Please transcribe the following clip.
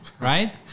Right